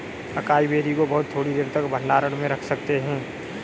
acai berry को बहुत थोड़ी देर तक भंडारण में रख सकते हैं